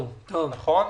נכון.